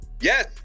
Yes